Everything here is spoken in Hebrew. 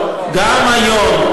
גם היום,